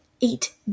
Eight